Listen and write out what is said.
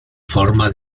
forma